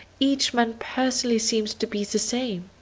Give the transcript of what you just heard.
each man personally seems to be the same.